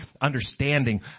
understanding